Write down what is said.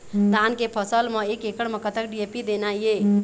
धान के फसल म एक एकड़ म कतक डी.ए.पी देना ये?